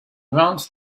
round